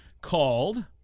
called